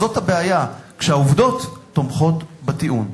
זאת הבעיה, כשהעובדות תומכות בטיעון.